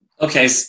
Okay